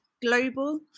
Global